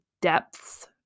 depths